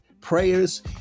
prayers